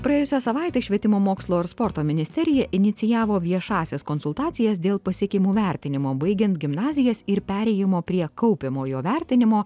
praėjusią savaitę švietimo mokslo ir sporto ministerija inicijavo viešąsias konsultacijas dėl pasiekimų vertinimo baigiant gimnazijas ir perėjimo prie kaupiamojo vertinimo